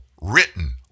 written